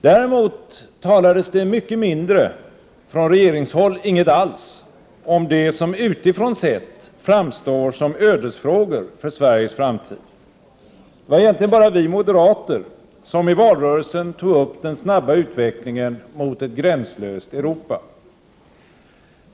Däremot talades det mycket mindre — från regeringshåll inget alls — om det som utifrån sett framstår som ödesfrågor för Sveriges framtid. Det var egentligen bara vi moderater som i valrörelsen tog upp den snabba utvecklingen mot ett gränslöst Europa.